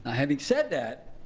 ah having said that,